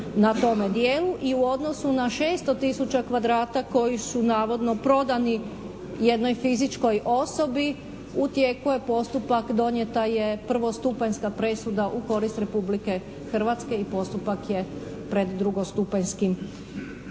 u odnosu na 600 tisuća kvadrata koji su navodno prodani jednoj fizičkoj osobi u tijeku je postupak. Donijeta je prvostupanjska presuda u korist Republike Hrvatske i postupak je pred drugostupanjskim sudom.